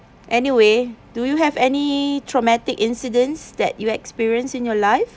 anyway do you have any traumatic incidents that you experience in your life